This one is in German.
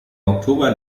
oktober